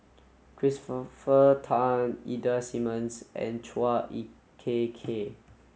Christopher Tan Ida Simmons and Chua Ek Kay